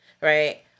right